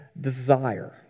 desire